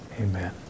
Amen